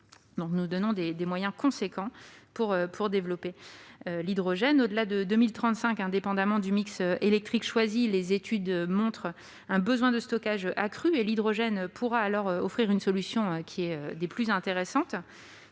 consacrons donc des moyens importants au développement de l'hydrogène. Au-delà de 2035, indépendamment du mix électrique choisi, les études montrent un besoin de stockage accru. L'hydrogène pourra alors offrir une solution des plus intéressantes.